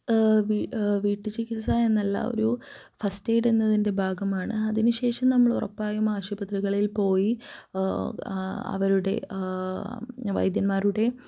വീട്ടു ചികിത്സ എന്നല്ല ഒരു ഫസ്റ്റ് എയിഡ് എന്നതിന്റെ ഭാഗമാണ് അതിന് ശേഷം നമ്മള് ഉറപ്പായും ആശുപത്രികളില് പോയി അവരുടെ വൈദ്യന്മാരുടെ